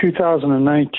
2019